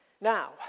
Now